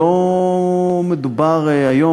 לא מדובר היום,